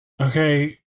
Okay